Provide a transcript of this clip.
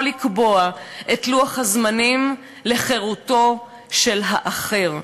לקבוע את לוח הזמנים לחירותו של האחר".